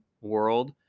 world